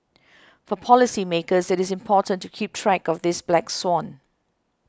for policymakers it is important to keep track of this black swan